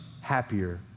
happier